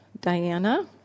Diana